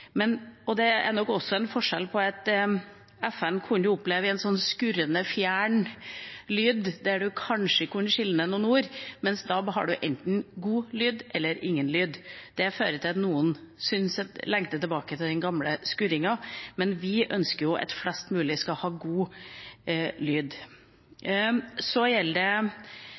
Det er nok også en annen forskjell: Med FM kunne man oppleve en skurrende, fjern lyd, der man kanskje kunne skjelne noen ord, mens med DAB har man enten god lyd eller ingen lyd. Det fører til at noen lengter tilbake til den gamle skurringen, men vi ønsker jo at flest mulig skal ha god lyd. Jeg kan informere om at det